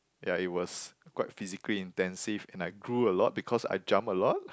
ya it was quite physically intensive and I grew a lot because I jump a lot